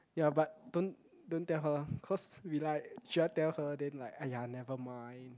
ya but don't don't tell her cause we like should I tell her then like !aiya! never mind